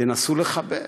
נסו לחבר.